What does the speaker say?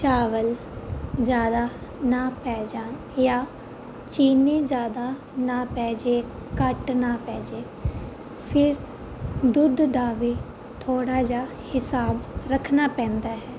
ਚਾਵਲ ਜ਼ਿਆਦਾ ਨਾ ਪੈ ਜਾਣ ਜਾਂ ਚੀਨੀ ਜ਼ਿਆਦਾ ਨਾ ਪੈ ਜਾਏ ਘੱਟ ਨਾ ਪੈ ਜਾਏ ਫਿਰ ਦੁੱਧ ਦਾ ਵੀ ਥੋੜ੍ਹਾ ਜਿਹਾ ਹਿਸਾਬ ਰੱਖਣਾ ਪੈਂਦਾ ਹੈ